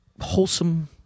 wholesome